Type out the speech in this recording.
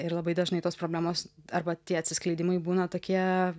ir labai dažnai tos problemos arba tie atsiskleidimai būna tokie